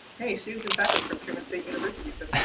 students and faculty from truman state university took them.